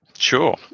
Sure